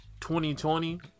2020